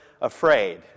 afraid